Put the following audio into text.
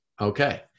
Okay